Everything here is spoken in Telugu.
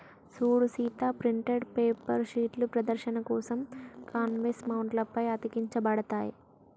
సూడు సీత ప్రింటెడ్ పేపర్ షీట్లు ప్రదర్శన కోసం కాన్వాస్ మౌంట్ల పై అతికించబడతాయి